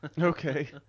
Okay